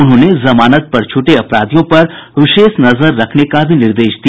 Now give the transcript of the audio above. उन्होंने जमानत पर छूटे अपराधियों पर विशेष नजर रखने का भी निर्देश दिया